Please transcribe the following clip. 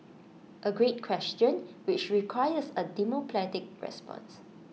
A great question which requires A diplomatic response